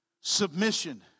submission